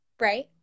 right